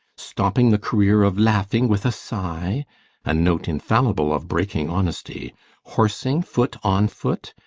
stopping the career of laughter with a sigh a note infallible of breaking honesty horsing foot on foot?